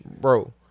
Bro